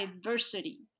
diversity